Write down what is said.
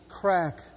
crack